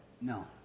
no